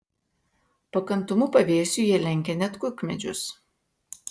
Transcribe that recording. pakantumu pavėsiui jie lenkia net kukmedžius